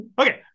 Okay